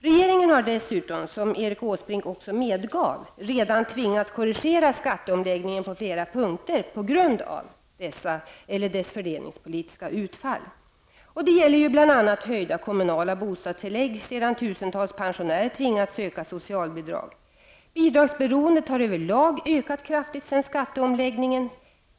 Regeringen har dessutom, som Erik Åsbrink också medgav, redan tvingats korrigera skatteomläggningen på flera punkter på grund av dess fördelningspolitiska utfall. Det gäller bl.a. höjda kommunala bostadstillägg, sedan tusentals pensionärer tvingats söka socialbidrag. Bidragsberoendet har över lag ökat kraftigt efter skatteomläggningen.